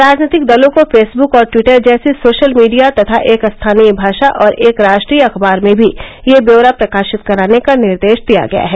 राजनीतिक दलों को फेसब्क और टिवटर जैसी सोशल मीडिया तथा एक स्थानीय भाषा और एक राष्ट्रीय अखबार में भी यह ब्यौरा प्रकाशित कराने का निर्देश दिया गया है